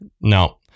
No